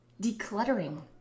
decluttering